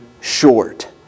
short